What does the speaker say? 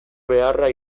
beharra